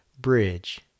Bridge